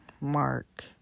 Mark